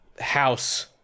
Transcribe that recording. house